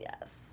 Yes